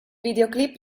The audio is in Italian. videoclip